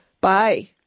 Bye